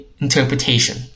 Interpretation